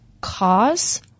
cause